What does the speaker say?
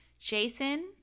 Jason